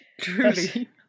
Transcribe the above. truly